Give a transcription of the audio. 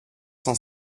cent